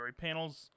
panels